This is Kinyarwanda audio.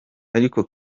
ariko